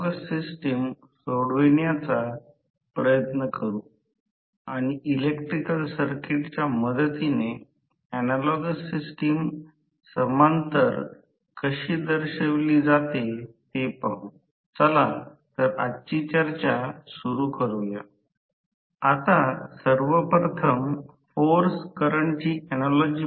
आणि शेवटी rotor stator च्या चुंबकीय क्षेत्राच्या दिशेने फिरतो जो गती n सह आहे परंतु ns पेक्षा कमी आहे आणि नंतर स्थिर गतीपर्यंत पोहोचू शकत नाही